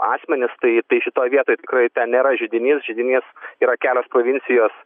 asmenys tai tai šitoj vietoj tikrai ten nėra židinys židinys yra kelios provincijos